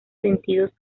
sentidos